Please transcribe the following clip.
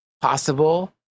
possible